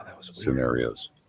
scenarios